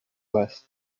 west